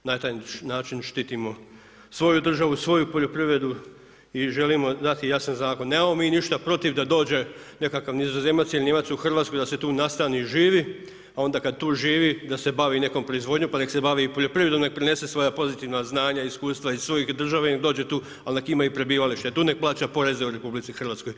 Na taj način štitimo svoju državu, svoju poljoprivredu i želimo dati jasan zakon, nemamo mi ništa protiv da dođe nekakav Nizozemac ili Nijemac u Hrvatsku da se tu nastani i živi, a onda kad tu živi da se bavi nekom proizvodnjom pa nek' se bavi i poljoprivredom, nek' prenese svoja pozitivna znanja i iskustva iz svoje države i nek' dođe tu, ali nek' ima i prebivalište tu i nek' plaća poreze u RH.